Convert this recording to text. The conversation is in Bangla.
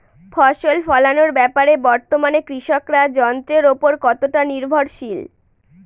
ফসল ফলানোর ব্যাপারে বর্তমানে কৃষকরা যন্ত্রের উপর কতটা নির্ভরশীল?